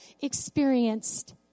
experienced